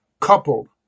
coupled